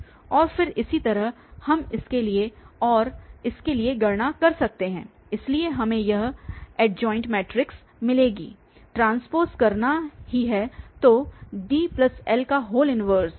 और फिर इसी तरह हम इसके लिए और इसके लिए गणना कर सकते हैं इसलिए हमें यह ऐडजॉइंट मैट्रिक्स मिलेगी ट्रांसपोज़ करना ही है